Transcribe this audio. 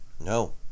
No